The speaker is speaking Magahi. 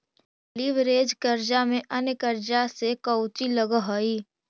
लिवरेज कर्जा में अन्य कर्जा से कउची अलग हई?